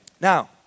Now